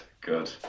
good